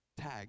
tag